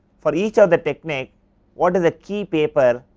for each are the technique what is the key paper